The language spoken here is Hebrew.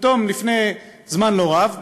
פתאום לפני זמן לא רב,